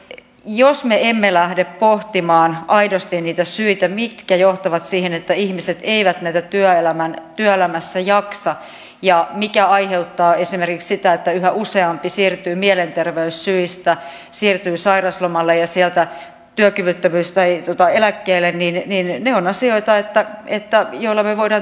jos me lähdemme pohtimaan aidosti niitä syitä mitkä johtavat siihen että ihmiset eivät työelämässä jaksa ja mikä aiheuttaa esimerkiksi sitä että yhä useampi siirtyy mielenterveyssyistä sairauslomalle ja sieltä työkyvyttömyyseläkkeelle niin ne ovat asioita joihin me voimme tehdä paljonkin parannuksia